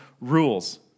rules